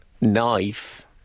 knife